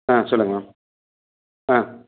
ஆ சொல்லுங்கள் மேம் ஆ